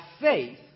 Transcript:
faith